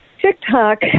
TikTok